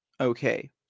Okay